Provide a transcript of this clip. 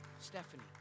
Stephanie